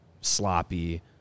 sloppy